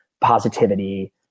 positivity